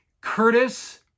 Curtis